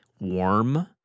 warm